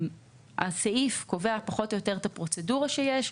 הסעיף קובע את הפרוצדורה שיש,